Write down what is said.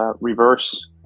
reverse